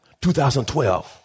2012